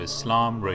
Islam